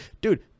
Dude